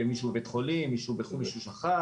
אם מישהו בבית חולים או מישהו בחו"ל או מישהו שכח,